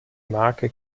marke